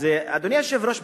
אדוני היושב-ראש,